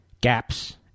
gaps